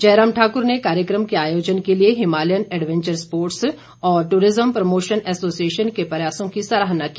जयराम ठाकुर ने कार्यक्रम के आयोजन के लिए हिमालयन एडवेंचर स्पोर्ट्स और टूरिज्म प्रमोशन एसोसिएशन के प्रयासों की सराहना की